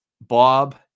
Bob